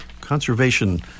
conservation